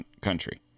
country